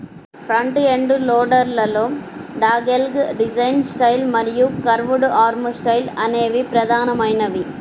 front end loader లలో dogleg design style మరియు curved arm style అనేవి ప్రధానమైనవి